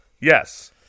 Yes